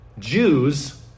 Jews